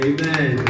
Amen